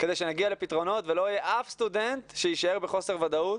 כדי שנגיע לפתרונות ולא יהיה אף סטודנט שיישאר בחוסר ודאות